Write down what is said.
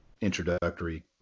introductory